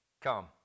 come